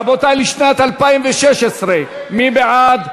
רבותי, לשנת 2016. מי בעד?